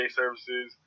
services